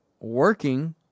working